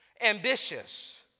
ambitious